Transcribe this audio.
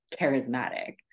charismatic